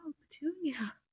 Petunia